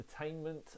entertainment